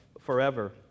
forever